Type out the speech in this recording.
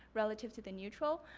relative to the neutral,